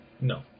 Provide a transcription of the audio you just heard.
No